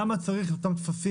למה צריך את אותם טפסים,